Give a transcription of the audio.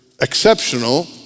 exceptional